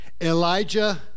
Elijah